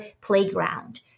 playground